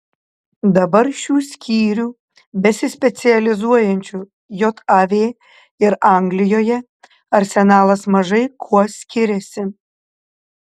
dabar šių skyrių besispecializuojančių jav ir anglijoje arsenalas mažai kuo skiriasi